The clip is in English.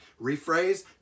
Rephrase